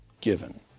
given